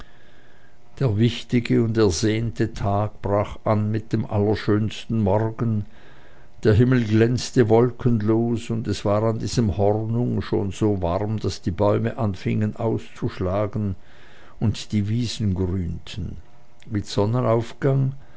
der wichtige und ersehnte tag brach an mit dem allerschönsten morgen der himmel glänzte wolkenlos und es war in diesem hornung schon so warm daß die bäume anfingen auszuschlagen und die wiesen grünten mit sonnenaufgang